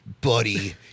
Buddy